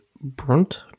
Brunt